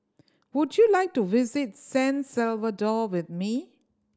would you like to visit San Salvador with me